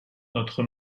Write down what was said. notre